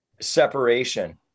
separation